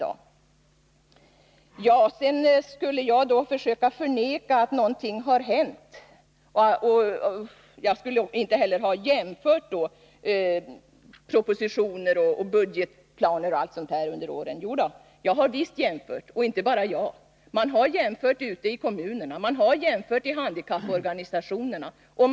5 Karin Söder gör gällande att jag har försökt förneka att någonting har hänt och att jag inte har jämfört propositioner, budgetplaner o. d. under åren. Jo då, jag har visst gjort sådana jämförelser — och inte bara jag. Man har gjort jämförelser ute i kommunerna och i handikapporganisationerna.